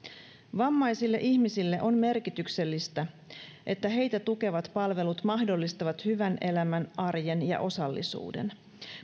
vammaisille ihmisille on merkityksellistä että heitä tukevat palvelut mahdollistavat hyvän elämän arjen ja osallisuuden